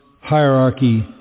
hierarchy